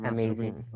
Amazing